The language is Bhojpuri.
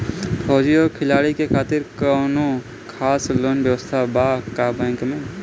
फौजी और खिलाड़ी के खातिर कौनो खास लोन व्यवस्था बा का बैंक में?